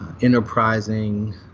enterprising